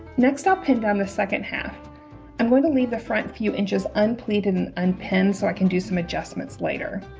next i'll pin down the second half i'm going to leave the front few inches unpleated and unpinned so i can do some adjustments later